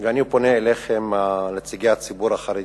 ואני פונה אליכם, נציגי הציבור החרדי: